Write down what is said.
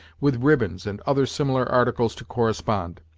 with ribbons and other similar articles to correspond.